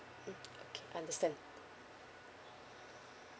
okay understand